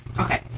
Okay